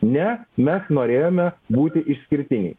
ne mes norėjome būti išskirtiniai